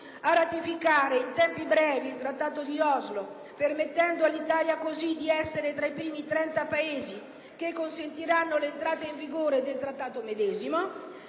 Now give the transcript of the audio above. a ratificare in tempi brevi il Trattato di Oslo, permettendo all'Italia così di essere tra i primi 30 Paesi, che consentiranno l'entrata in vigore del Trattato medesimo;